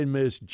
Miss